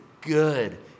good